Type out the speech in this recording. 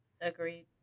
Agreed